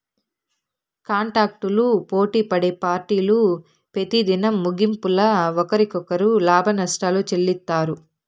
కాంటాక్టులు పోటిపడే పార్టీలు పెతిదినం ముగింపుల ఒకరికొకరు లాభనష్టాలు చెల్లిత్తారు